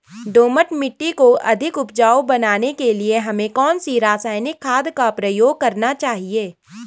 दोमट मिट्टी को अधिक उपजाऊ बनाने के लिए हमें कौन सी रासायनिक खाद का प्रयोग करना चाहिए?